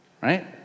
Right